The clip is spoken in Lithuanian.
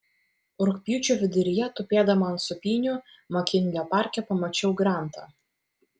rugpjūčio viduryje tupėdama ant sūpynių makinlio parke pamačiau grantą